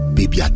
Baby